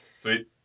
Sweet